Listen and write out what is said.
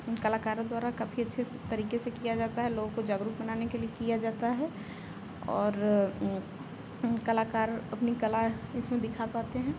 उन कलाकारों द्वारा काफ़ी अच्छे से तरीके से किया जाता है लोगों को जागरूक़ बनाने के लिए किया जाता है और कलाकार अपनी कला इसमें दिखा पाते हैं